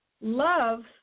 love